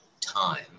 time